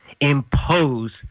impose